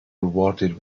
rewarded